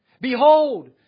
Behold